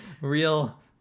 real